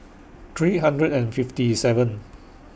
three hundred and fifty seven